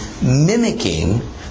mimicking